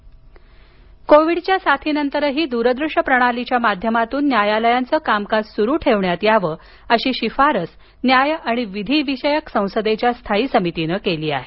दूरदृश्य न्यायालये कोविडच्या साथीनंतरही दूरदृश्य प्रणालीच्या माध्यमातून न्यायालयांच कामकाज स्रूच ठेवण्यात याव अशी शिफारस न्याय आणि विधी विषयक संसदेच्या स्थायी समितीन केली आहे